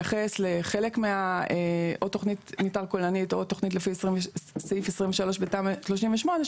או תכנית מתאר כוללנית או לפי סעיף 23 בתמ"א 38,